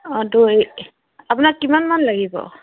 অঁ দৈ আপোনাক কিমানমান লাগিব